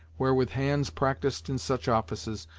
where with hands practised in such offices,